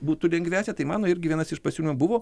būtų lengvesnė tai mano irgi vienas iš pasiūlymų buvo